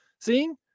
seeing